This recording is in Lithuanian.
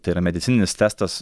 tai yra medicininis testas